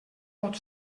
pot